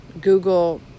Google